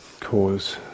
cause